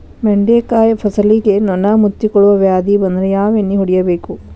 ಬೆಂಡೆಕಾಯ ಫಸಲಿಗೆ ನೊಣ ಮುತ್ತಿಕೊಳ್ಳುವ ವ್ಯಾಧಿ ಬಂದ್ರ ಯಾವ ಎಣ್ಣಿ ಹೊಡಿಯಬೇಕು?